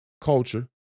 culture